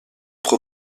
pro